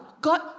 God